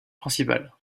principales